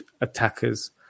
attackers